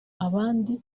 abandi